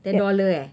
ten dollar eh